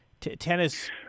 Tennis